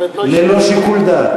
ללא שיקול דעת.